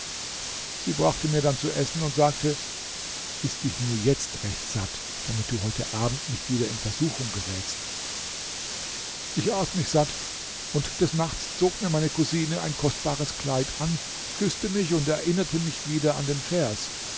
sie brachte mir dann zu essen und sagte iß dich nur jetzt recht satt damit du heute abend nicht wieder in versuchung gerätst ich aß mich satt und des nachts zog mir meine cousine ein kostbares kleid an küßte mich und erinnerte mich wieder an den vers